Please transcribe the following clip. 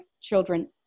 children